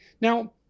Now